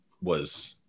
was-